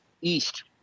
East